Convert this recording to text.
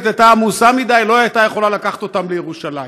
הייתה עמוסה מדי ולא הייתה יכולה לקחת אותם לירושלים.